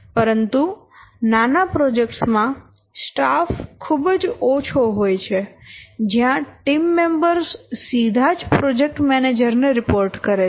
પરંતુ નાના પ્રોજેક્ટ્સ માં સ્ટાફ ખૂબ ઓછો હોય છે જ્યા ટીમ મેમ્બર્સ સીધા જ પ્રોજેકટ મેનેજર ને રિપોર્ટ કરે છે